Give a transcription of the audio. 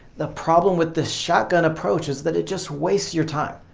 the problem with this shotgun approach is that it just wastes your time.